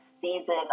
season